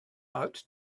out